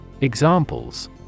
Examples